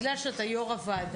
בגלל שאתה יושב הראש,